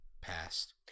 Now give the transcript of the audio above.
passed